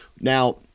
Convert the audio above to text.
Now